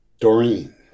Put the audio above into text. Doreen